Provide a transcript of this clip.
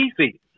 easy